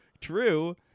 true